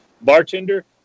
bartender